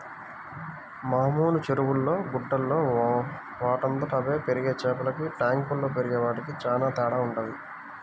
మామూలు చెరువుల్లో, గుంటల్లో వాటంతట అవే పెరిగే చేపలకి ట్యాంకుల్లో పెరిగే వాటికి చానా తేడా వుంటది